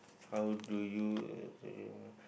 how do you